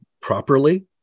properly